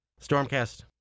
Stormcast